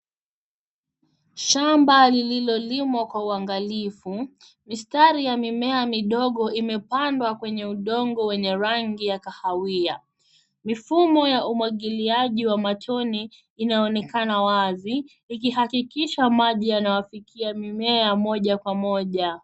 Shamba lililolimwa kwa uangalifu, mistari ya mimea midogo imepandwa kwenye udongo wenye rangi ya kahawia. Mifumo ya umwangiliaji wa matone, inaonekana wazi, ikihakikisha maji yanawafikia mimea moja kwa moja.